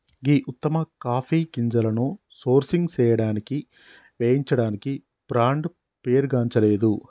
గీ ఉత్తమ కాఫీ గింజలను సోర్సింగ్ సేయడానికి వేయించడానికి బ్రాండ్ పేరుగాంచలేదు